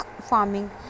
farming